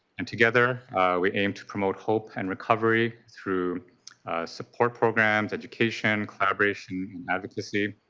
and together we aim to promote hope and recovery through support programs, education, collaboration, and advocacy